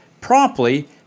promptly